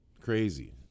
crazy